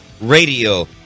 Radio